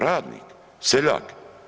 Radnik, seljak.